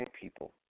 people